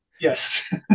Yes